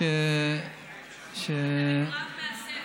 אתה בקרב מאסף,